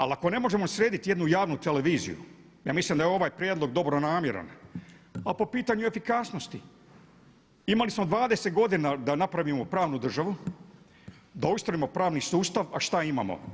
Ali ako ne možemo srediti jednu javnu televiziju, ja mislim da je ovaj prijedlog dobronamjeran a po pitanju efikasnosti imali smo 20 godina da napravimo pravnu državu, da ustrojimo pravni sustav a šta imamo?